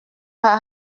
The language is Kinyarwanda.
aha